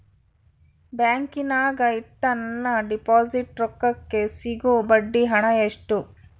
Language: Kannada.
ಬ್ಯಾಂಕಿನಾಗ ಇಟ್ಟ ನನ್ನ ಡಿಪಾಸಿಟ್ ರೊಕ್ಕಕ್ಕೆ ಸಿಗೋ ಬಡ್ಡಿ ಹಣ ಎಷ್ಟು?